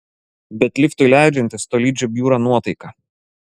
bet liftui leidžiantis tolydžio bjūra nuotaika